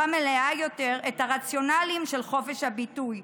מלאה יותר את הרציונלים של חופש הביטוי,